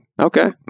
Okay